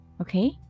Okay